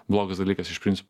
blogas dalykas iš principo